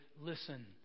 listen